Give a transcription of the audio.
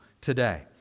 today